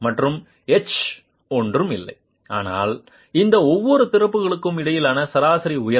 மற்றும் எச் ஒன்றும் இல்லை ஆனால் இந்த ஒவ்வொரு திறப்புகளுக்கும் இடையிலான சராசரி உயரம்